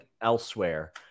elsewhere